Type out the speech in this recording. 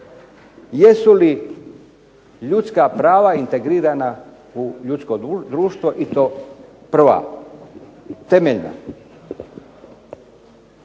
jesu li ljudska prava integrirana u ljudsko društvo i to prva, temeljna.